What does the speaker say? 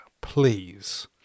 please